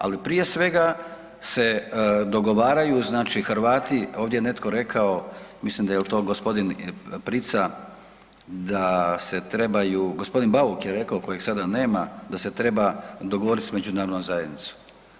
Ali prije svega se dogovaraju znači Hrvati, ovdje je netko rekao mislim da je to gospodin Prica da se trebaju, gospodin Bauk je rekao kojeg sada nema da se treba dogovoriti sa međunarodnom zajednicom.